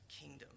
kingdom